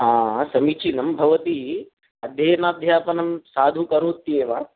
हा समीचिनं भवती अध्ययनाध्यापनं साधु करोत्येव